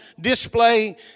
display